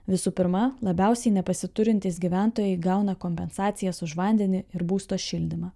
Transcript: visų pirma labiausiai nepasiturintys gyventojai gauna kompensacijas už vandenį ir būsto šildymą